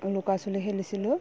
লুকা চুৰি খেলিছিলোঁ